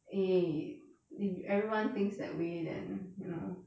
eh if everyone thinks that way then you know